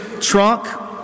trunk